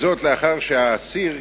זאת לאחר שהוסבר לאסיר,